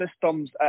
systems